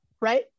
right